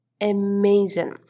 amazing